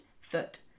foot